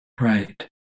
Right